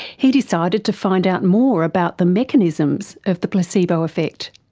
he decided to find out more about the mechanisms of the placebo effect.